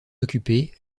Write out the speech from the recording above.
occupée